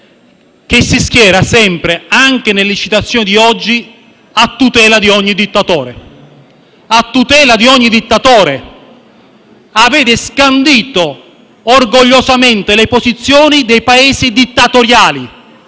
che si schiera sempre, anche nelle citazioni di oggi, a tutela di ogni dittatore. Avete scandito orgogliosamente le posizioni dei Paesi dittatoriali.